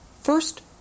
First